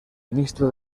ministro